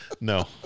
No